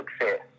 success